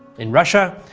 in russia,